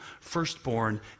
firstborn